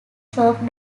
slope